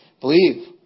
Believe